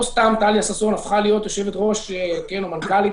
לא סתם טליה ששון הפכה להיות יושבת ראש או מנכ"לית